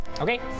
Okay